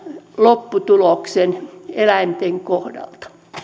lopputuloksen eläinten kohdalla